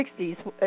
60s